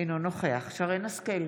אינו נוכח שרן מרים השכל,